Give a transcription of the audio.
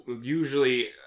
usually